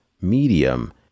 medium